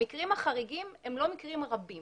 המקרים החריגים הם לא מקרים רבים